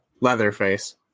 Leatherface